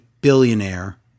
billionaire